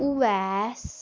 Owais